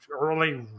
early